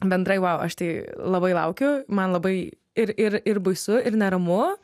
bendrai aš tai labai laukiu man labai ir ir ir baisu ir neramu